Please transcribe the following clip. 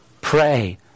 Pray